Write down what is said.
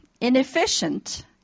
inefficient